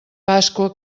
pasqua